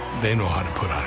they know how to put on